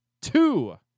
two